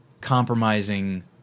compromising